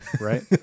Right